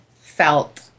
felt